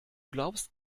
glaubst